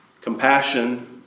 compassion